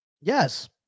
Yes